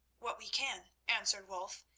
what we can, answered wulf.